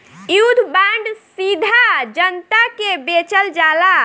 युद्ध बांड सीधा जनता के बेचल जाला